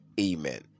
amen